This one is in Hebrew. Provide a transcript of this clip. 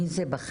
מי זה 'בכם'?